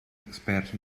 experts